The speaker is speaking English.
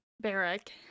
barrack